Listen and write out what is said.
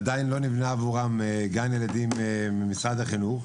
עדיין לא נבנה עבורם גן ילדים ממשרד החינוך,